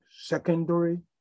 secondary